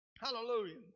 Hallelujah